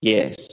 Yes